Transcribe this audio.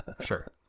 Sure